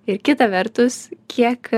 ir kita vertus kiek